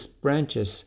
branches